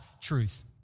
truth